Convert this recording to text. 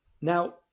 Now